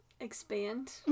expand